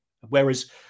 whereas